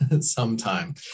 sometime